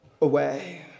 away